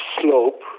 slope